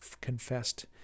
confessed